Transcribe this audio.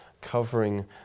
Covering